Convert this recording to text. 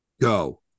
Go